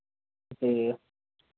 जी